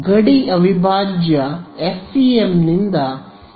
ಗಡಿ ಅವಿಭಾಜ್ಯ FEM ನಿಂದ m n